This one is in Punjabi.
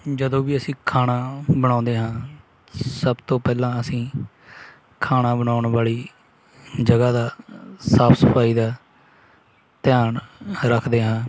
ਜਦੋਂ ਵੀ ਅਸੀਂ ਖਾਣਾ ਬਣਾਉਂਦੇ ਹਾਂ ਸਭ ਤੋਂ ਪਹਿਲਾਂ ਅਸੀਂ ਖਾਣਾ ਬਣਾਉਣ ਵਾਲੀ ਜਗ੍ਹਾ ਦਾ ਸਾਫ਼ ਸਫ਼ਾਈ ਦਾ ਧਿਆਨ ਰੱਖਦੇ ਹਾਂ